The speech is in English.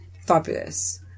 fabulous